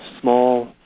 small